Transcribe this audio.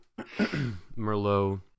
Merlot